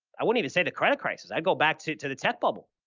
i wouldn't even say the credit crisis. i'd go back to to the tech bubble.